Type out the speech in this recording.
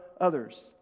others